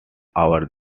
over